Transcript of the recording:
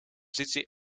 positie